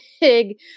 big